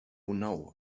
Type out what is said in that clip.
now